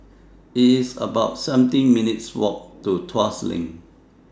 It's about seventeen minutes' Walk to Tuas LINK